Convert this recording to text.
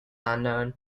unknown